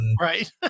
Right